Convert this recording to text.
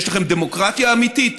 יש לכם דמוקרטיה אמיתית?